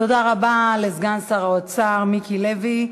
תודה רבה לסגן שר האוצר מיקי לוי.